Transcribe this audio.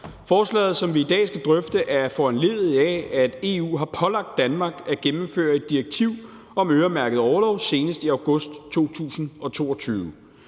Forslaget, som vi i dag skal drøfte, er foranlediget af, at EU har pålagt Danmark at gennemføre et direktiv om øremærket orlov senest i august 2022.